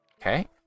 Okay